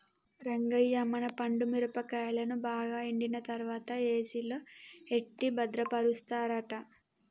రంగయ్య మన పండు మిరపకాయలను బాగా ఎండిన తర్వాత ఏసిలో ఎట్టి భద్రపరుస్తారట